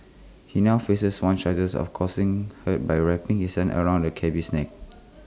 he now faces one charge of causing hurt by wrapping his hands around the cabby's neck